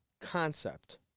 concept